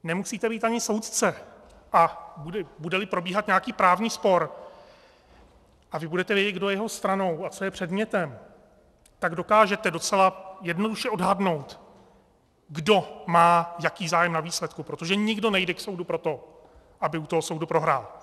Nemusíte být ani soudce, a budeli probíhat nějaký právní spor a vy budete vědět, kdo je jeho stranou a co je předmětem, tak dokážete docela jednoduše odhadnout, kdo má jaký zájem na výsledku, protože nikdo nejde k soudu proto, aby u soudu prohrál.